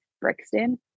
Brixton